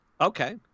Okay